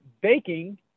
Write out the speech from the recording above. Baking